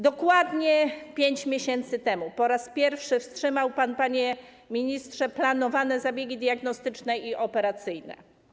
Dokładnie 5 miesięcy temu po raz pierwszy wstrzymał pan, panie ministrze, planowane zabiegi diagnostyczne i operacyjne.